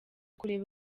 kureba